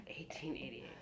1888